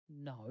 No